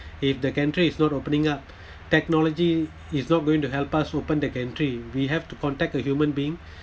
if the gantry is not opening up technology is not going to help us open the gantry we have to contact a human being